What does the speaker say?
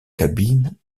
cabine